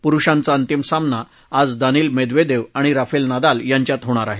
पुरुषांचा अंतिम सामना आज दानिल मेद्वदेव आणि राफेल नदाल यांच्यात होणार आहे